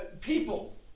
people